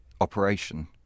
operation